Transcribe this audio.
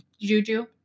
juju